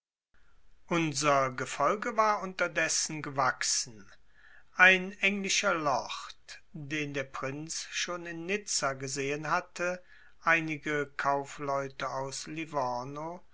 unser gefolge war unterdessen gewachsen ein englischer lord den der prinz schon in nizza gesehen hatte einige kaufleute aus